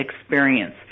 experience